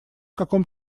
каком